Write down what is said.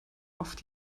oft